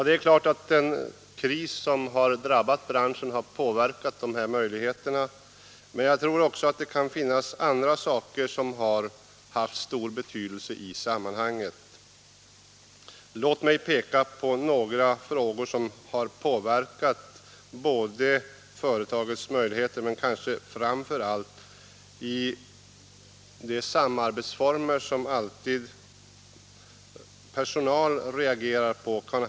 Det är klart att den kris som drabbat branschen har påverkat möjligheterna. Men jag tror också att andra saker har haft stor betydelse i sammanhanget. Låt mig peka på några faktorer som har påverkat företagets möjligheter. Det gäller framför allt de samarbetsformer som personalen reagerar mot.